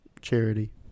charity